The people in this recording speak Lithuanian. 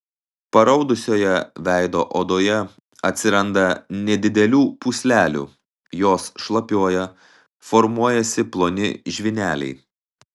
paraudusioje veido odoje atsiranda nedidelių pūslelių jos šlapiuoja formuojasi ploni žvyneliai